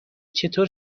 چطور